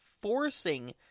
forcing